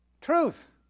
truth